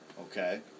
Okay